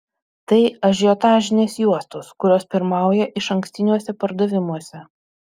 tai ažiotažinės juostos kurios pirmauja išankstiniuose pardavimuose